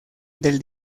del